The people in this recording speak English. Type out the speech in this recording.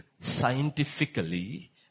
scientifically